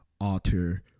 alter